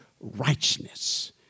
righteousness